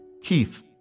Keith